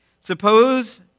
Suppose